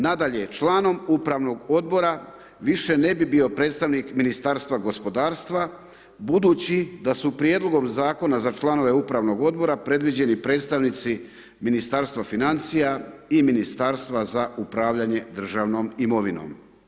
Nadalje, članom Upravnog odbora više ne bi bio predstavnik Ministarstva gospodarstva budući da su Prijedlogom zakona za članove Upravnog odbora predviđeni predstavnici Ministarstva financija i Ministarstva za upravljanje državnom imovinom.